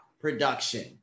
production